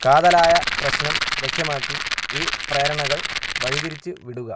കാതലായ പ്രശ്നം ലക്ഷ്യമാക്കി ഈ പ്രേരണകൾ വഴി തിരിച്ചുവിടുക